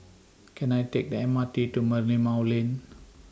Can I Take The M R T to Merlimau Lane